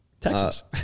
Texas